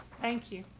thank you.